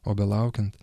o belaukiant